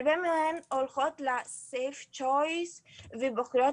הרבה מהן הולכות ל-safe choice ובוחרות